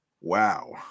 Wow